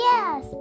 Yes